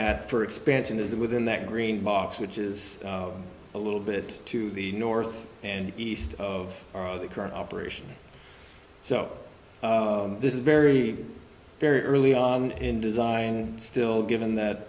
at for expansion is within that green box which is a little bit to the north and east of the current operation so this is very very early on in design still given that